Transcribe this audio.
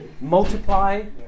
multiply